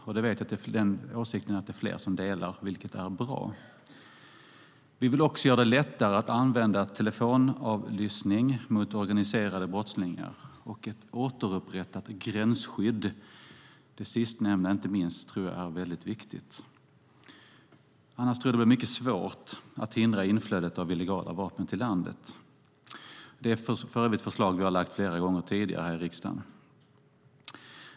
Jag vet att fler delar den åsikten, vilket är bra. Vi vill också göra det lättare att använda telefonavlyssning mot organiserade brottslingar och få ett återupprättat gränsskydd. Inte minst det sistnämnda är viktigt. Annars blir det mycket svårt att hindra inflödet av illegala vapen i landet. Det är för övrigt förslag som Sverigedemokraterna har lagt fram vid flera tillfällen tidigare i riksdagen.